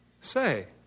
Say